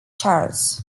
charles